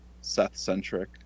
Seth-centric